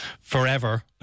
Forever